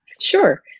Sure